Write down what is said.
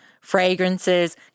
fragrances